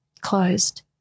closed